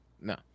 No